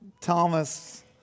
Thomas